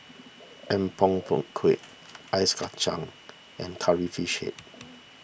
Apom Berkuah Ice Kachang and Curry Fish Head